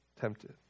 tempted